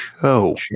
show